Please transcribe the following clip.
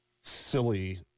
silly